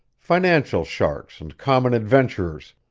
financial sharks and common adventurers.